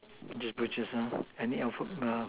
get purchase ah any alphab~ uh